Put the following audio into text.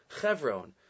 Chevron